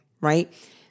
right